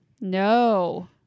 No